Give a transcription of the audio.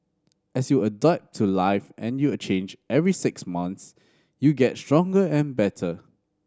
as you adapt to life and you change every six months you get stronger and better